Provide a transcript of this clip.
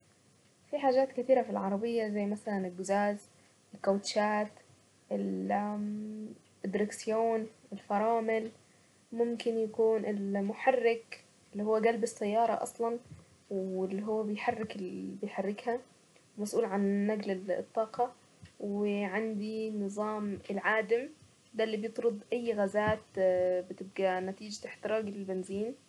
في حاجات كتيرة في العربية زي مسلا القزاز الكاوتشات مم الدركسيون الفرامل ممكن يكون المحرك اللي هو قلب السيارة اصلا واللي هو بيحرك بيحركها ومسئول عن نقل الطاقة وعندي نظام العادم ده اللي بيطرد اي غازات اه بتبقى نتيجة احتراق البنزين.